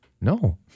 No